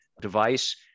device